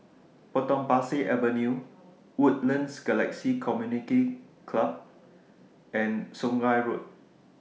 Potong Pasir Avenue Woodlands Galaxy Community Club and Sungei Road